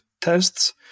tests